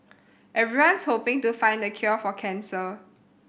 everyone's hoping to find the cure for cancer